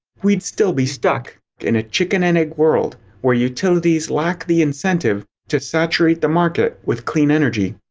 we'd still be stuck in a chicken-and-egg world where utilities lack the incentive to saturate the market with clean energy,